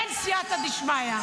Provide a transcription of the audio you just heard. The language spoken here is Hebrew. אין סייעתא דשמיא.